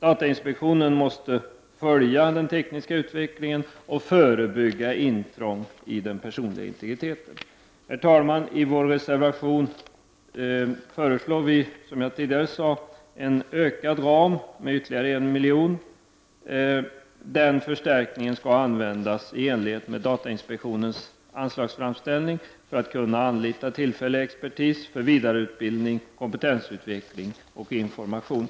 Datainspektionen måste följa den tekniska utvecklingen och förebygga intrång i den personliga integriteten. Herr talman! I vår reservation föreslår vi som sagt att ramen ökas med ytterligare 1 milj.kr. Den förstärkningen skall användas i enlighet med datainspektionens anslagsframställning, alltså för att tillfälligt anlita utomstående expertis, för vidareutbildning, för kompetensutveckling och för information.